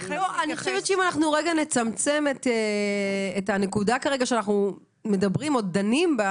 אני חושבת שאם אנחנו נצמצם את הנקודה שאנחנו מדברים או דנים בה,